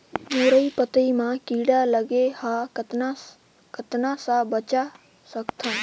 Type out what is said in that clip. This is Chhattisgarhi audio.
मुरई पतई म कीड़ा लगे ह कतना स बचा सकथन?